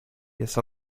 jest